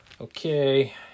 Okay